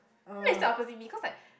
then he sat opposite me cause like